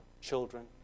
children